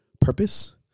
purpose